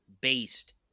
Based